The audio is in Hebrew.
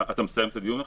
אתה מסיים את הדיון עכשיו?